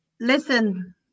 listen